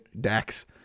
Dax